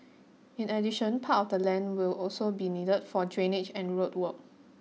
in addition part of the land will also be needed for drainage and road work